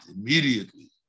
immediately